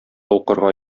укырга